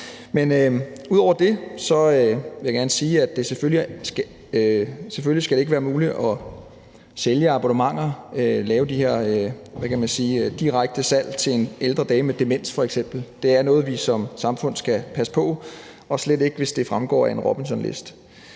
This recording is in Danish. Men ud over det vil jeg gerne sige, at det selvfølgelig ikke skal være muligt at sælge abonnementer, lave de her, hvad kan man sige, direkte salg til f.eks. en ældre dame med demens – det er noget, vi som samfund skal passe på – og slet ikke, hvis det fremgår af en Robinsonliste.